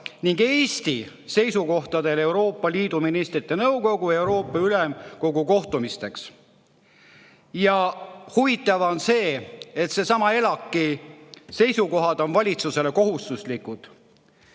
ning Eesti seisukohtadele Euroopa Liidu ministrite nõukogu ja Euroopa Ülemkogu kohtumisteks. Ja huvitav on see, et sellesama ELAK-i seisukohad on valitsusele kohustuslikud.